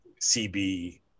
CB